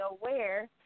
aware